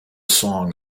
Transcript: song